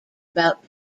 about